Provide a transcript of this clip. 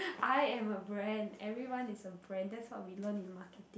I am a brand everyone is a brand that's what we learnt in marketing